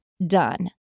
Done